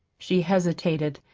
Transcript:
she hesitated,